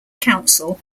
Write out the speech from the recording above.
counsel